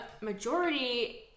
majority